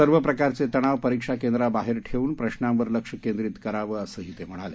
सर्व प्रकारचे तणाव परिक्षाकेंद्राबाहेर ठेऊन प्रश्नांवर लक्ष केंद्रित करावं असंही ते म्हणाले